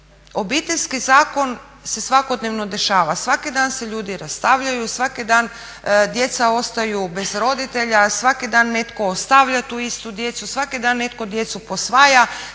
Obiteljski zakon se svakodnevno dešava. Svaki dan se ljudi rastavljaju, svaki dan djeca ostaju bez roditelja, svaki dan netko ostavlja tu istu djecu, svaki dan netko djecu posvaja,